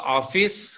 office